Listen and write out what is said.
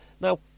Now